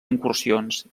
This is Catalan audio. incursions